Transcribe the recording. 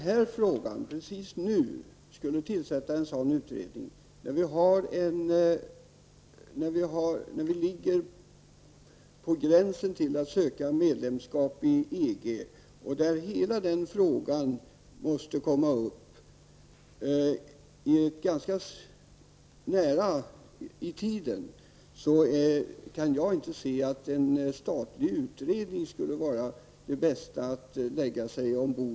Jag kan inte se att en statlig utredning i den här frågan skulle vara det bästa nu när vi står på gränsen till att söka medlemskap i EG, där hela frågan måste komma upp inom ganska kort tid.